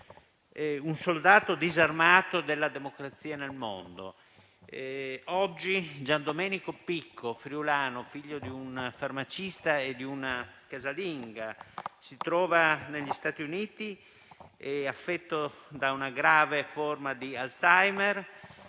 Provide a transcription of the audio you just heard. un soldato disarmato della democrazia nel mondo. Oggi Giandomenico Picco, friulano, figlio di un farmacista e di una casalinga, si trova negli Stati Uniti, affetto da una grave forma di Alzheimer.